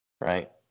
right